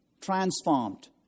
transformed